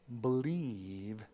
believe